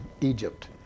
Egypt